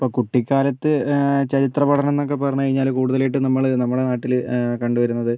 അപ്പം കുട്ടിക്കാലത്ത് ചരിത്ര പഠനം എന്നൊക്കെ പറഞ്ഞു കഴിഞ്ഞാൽ കൂടുതലായിട്ടും നമ്മൾ നമ്മുടെ നാട്ടിൽ കണ്ടുവരുന്നത്